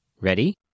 Ready